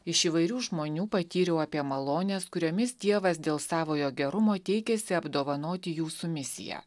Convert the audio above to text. iš įvairių žmonių patyriau apie malones kuriomis dievas dėl savojo gerumo teikėsi apdovanoti jūsų misiją